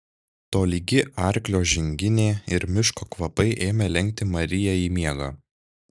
tolygi arklio žinginė ir miško kvapai ėmė lenkti mariją į miegą